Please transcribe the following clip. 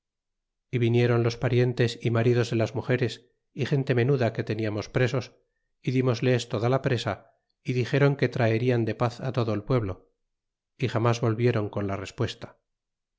y viniéron los parientes y maridos de las mugeres y gente menuda que teniamos presos y dlmosles toda la presa dixéron que traerian de paz todo ellneblo jamas volvieron con la respuesta